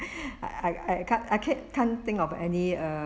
I I I can't I can't think of any uh